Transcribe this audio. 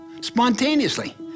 spontaneously